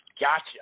Gotcha